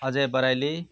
Ajay Baraili